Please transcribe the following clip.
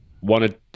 wanted